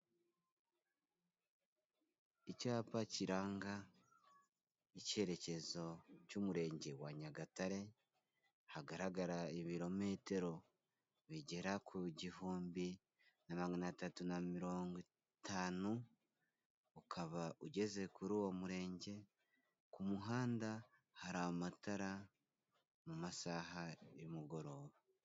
Icyapa kiranga icyerekezo cy'Umurenge wa Nyagatare hagaragara ibirometero bigera ku gihumbi na magana atatu na mirongo itanu ukaba ugeze kuri uwo Murenge, ku muhanda hari amatara mu masaha y'umugoroba.